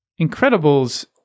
Incredibles